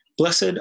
Blessed